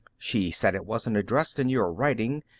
she said it wasn't addressed in your writing,